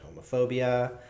homophobia